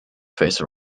face